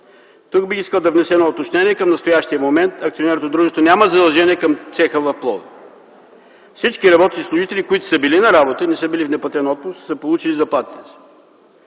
Тук бих искал да внеса едно уточнение. Към настоящия момент акционерното дружество няма задължения към цеха в Пловдив. Всички работници и служители, които са били на работа и не са били в неплатен отпуск, са получили заплатите